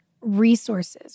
resources